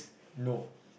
no